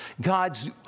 God's